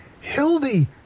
Hildy